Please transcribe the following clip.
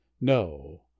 No